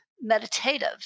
meditative